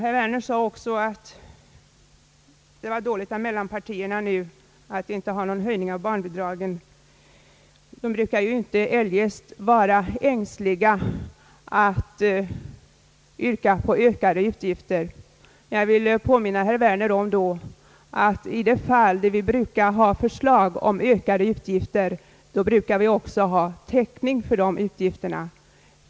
Herr Werner sade också att det var dåligt av mellanpartierna att nu inte föreslå någon höjning av barnbidragen — de brukar ju annars inte vara ängsliga för att yrka på ökade utgifter. Jag vill påminna herr Werner om att vi i de fall vi föreslår ökade utgifter också brukar ha täckning för dessa utgifter.